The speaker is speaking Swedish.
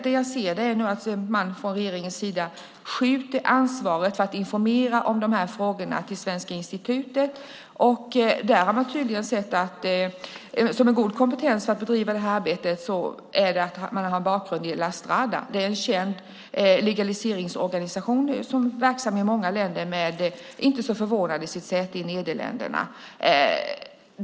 Det jag i stället ser är att regeringen skjuter över ansvaret för att informera om dessa frågor till Svenska institutet. Där ser man det tydligen som en god kompetens för att bedriva detta arbete att ha en bakgrund i La Strada, en känd legaliseringsorganisation som är verksam i många länder och som, inte så förvånande, har sitt säte i Nederländerna.